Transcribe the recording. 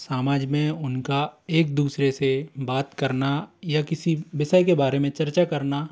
सामाज में उनका एक दूसरे से बात करना या किसी विषय के बारे में चर्चा करना